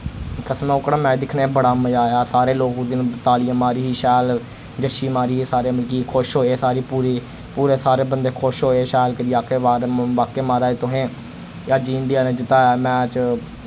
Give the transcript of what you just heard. कसम ऐ ओह्कड़ा मैच दिक्खने बड़ा मजा आया हा सारे लोग उसदिन तालियां मारी ही शैल जशी मारी ही सारे मतलब कि खुश होये हे सारे पूरी पूरे सारे बंदे खुश होए हे शैल करियै आखदे बाद वाकई मर्ज तुसें अज्ज इंडिया नै जिताया मैच